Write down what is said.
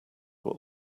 were